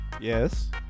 Yes